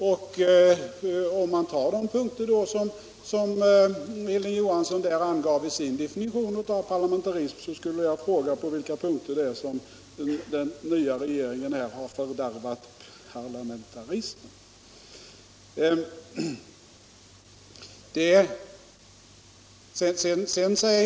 Om man tar upp de punkter som Hilding Johansson angav i sin definition av parlamentarism skulle jag vilja fråga på vilka punkter den nya regeringen har fördärvat parlamentarismen.